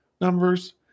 numbers